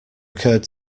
occurred